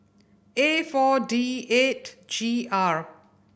A Four D eight G R